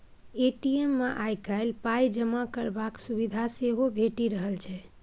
ATM मे आइ काल्हि पाइ जमा करबाक सुविधा सेहो भेटि रहल छै